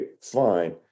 fine